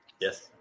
Yes